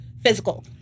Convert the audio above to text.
physical